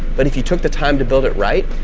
but if you took the time to build it right,